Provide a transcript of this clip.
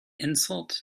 insult